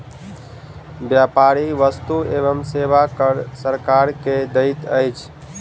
व्यापारी वस्तु एवं सेवा कर सरकार के दैत अछि